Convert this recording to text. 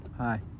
Hi